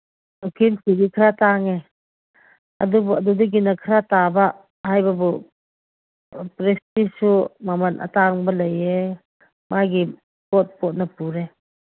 ꯍꯣꯀꯤꯟꯁꯀꯤꯗꯤ ꯈꯔ ꯇꯥꯡꯉꯦ ꯑꯗꯨꯕꯨ ꯑꯗꯨꯗꯒꯤꯅ ꯈꯔ ꯇꯥꯕ ꯍꯥꯏꯕꯕꯨ ꯄ꯭ꯔꯦꯁꯇꯤꯁꯁꯨ ꯃꯃꯟ ꯑꯇꯥꯡꯕ ꯂꯩꯌꯦ ꯃꯥꯒꯤ ꯄꯣꯠ ꯄꯣꯠꯅ ꯄꯨꯔꯦ